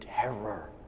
terror